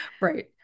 Right